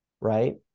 right